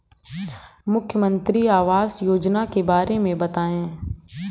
मुख्यमंत्री आवास योजना के बारे में बताए?